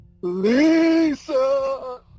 Lisa